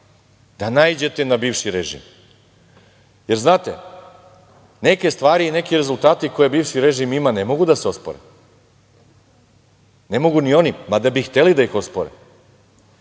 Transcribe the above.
da naiđete na bivši režim, jer, znate neke stvari i neki rezultati koje bivši režim ima ne mogu da se ospore. Ne mogu ni oni, mada bi hteli da ih ospore,